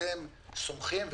אתם סומכים,